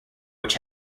which